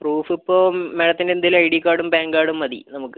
proof ഇപ്പോൾ മാഡത്തിൻ്റെ എന്തേലും ഐഡി കാർഡും പാൻ കാർഡും മതി നമുക്ക്